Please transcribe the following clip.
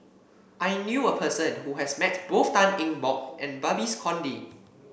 I knew a person who has met both Tan Eng Bock and Babes Conde